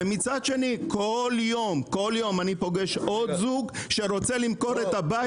ומצד שני כל יום אני פוגש עוד זוג שארוצה למכור את הבית